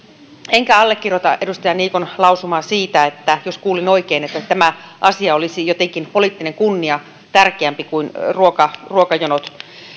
enkä allekirjoita edustaja niikon lausumaa siitä jos kuulin oikein että tämä asia olisi jotenkin poliittinen kunnia tärkeämpi kuin ruokajonot